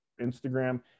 Instagram